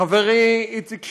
חברי איציק שמולי,